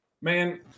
man